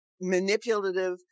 manipulative